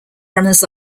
runners